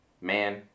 man